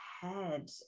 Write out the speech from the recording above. head